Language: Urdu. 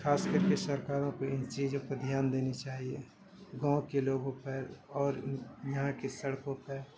خاص کر کے سرکاروں پہ ان چیزوں پہ دھیان دینی چاہیے گاؤں کے لوگوں پر اور یہاں کی سڑکوں پر